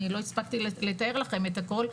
אני לא הספקתי לתאר לכם את הכל,